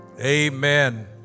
Amen